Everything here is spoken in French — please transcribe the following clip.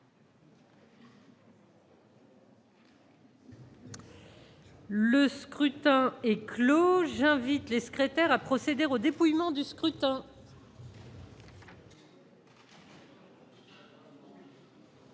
Le scrutin est clos. J'invite Mmes et MM. les secrétaires à procéder au dépouillement du scrutin.